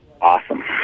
awesome